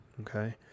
okay